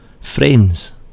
Friends